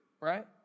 right